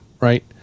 right